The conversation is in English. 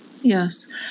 Yes